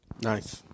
Nice